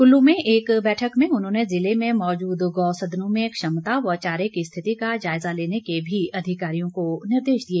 कुल्लू में एक बैठक में उन्होंने जिले में मौजूद गौसदनों में क्षमता व चारे की स्थिति का जायजा लेने के भी अधिकारियों को निर्देश दिए